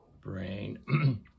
Brain